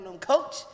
coach